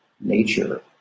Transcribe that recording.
Nature